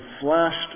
flashed